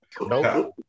Nope